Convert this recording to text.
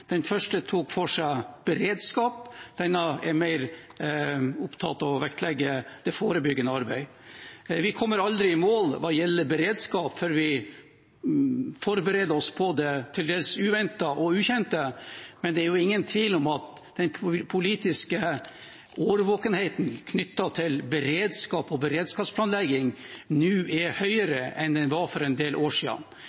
Den første tok for seg beredskap, denne er mer opptatt av å vektlegge det forebyggende arbeidet. Vi kommer aldri i mål hva gjelder beredskap, for vi forbereder oss på det til dels uventede og ukjente, men det er ingen tvil om at den politiske årvåkenheten knyttet til beredskap og beredskapsplanlegging nå er